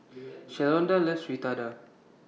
Shalonda loves Fritada